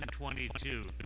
22